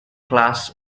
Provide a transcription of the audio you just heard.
class